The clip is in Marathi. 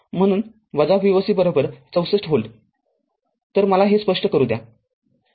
म्हणून Voc ६४ व्होल्ट तरमला ते स्पष्ट करू द्या